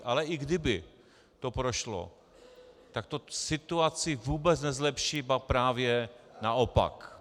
Ale i kdyby to prošlo, tak to situaci vůbec nezlepší, ba právě naopak.